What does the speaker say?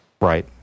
right